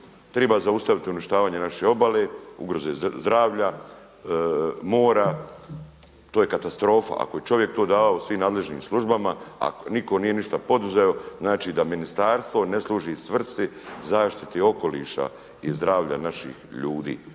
triba zaustaviti uništavanje naše obale ugroze zdravlja, mora, to je katastrofa. Ako je čovjek to dao svim nadležnim službama, a niko nije ništa poduzeo znači da ministarstvo ne služi svrsi zaštiti okoliša i zdravlja naših ljudi